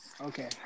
Okay